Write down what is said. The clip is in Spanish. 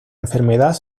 enfermedad